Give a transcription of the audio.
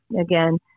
again